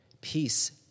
peace